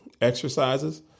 exercises